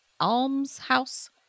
almshouse